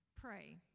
pray